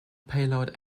payload